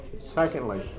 Secondly